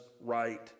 right